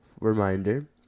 reminder